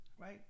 right